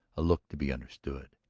a look to be understood.